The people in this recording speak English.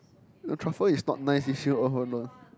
the truffle is not nice is you oh no